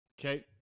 Okay